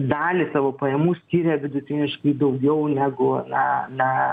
dalį savo pajamų skiria vidutiniškai daugiau negu na na